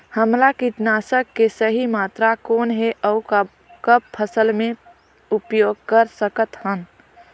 हमला कीटनाशक के सही मात्रा कौन हे अउ कब फसल मे उपयोग कर सकत हन?